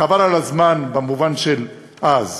חבל על הזמן, במובן של אז.